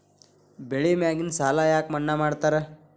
ಬೆಳಿ ಮ್ಯಾಗಿನ ಸಾಲ ಯಾಕ ಮನ್ನಾ ಮಾಡ್ತಾರ?